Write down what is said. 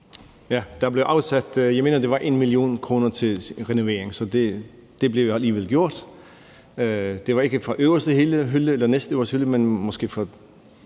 jeg mener, det var 1 mio. kr. til renovering, så det blev alligevel gjort. Det var ikke fra øverste hylde eller